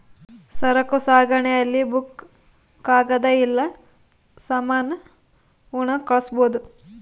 ಸರಕು ಸಾಗಣೆ ಅಲ್ಲಿ ಬುಕ್ಕ ಕಾಗದ ಇಲ್ಲ ಸಾಮಾನ ಉಣ್ಣವ್ ಕಳ್ಸ್ಬೊದು